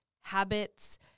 habits